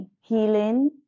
healing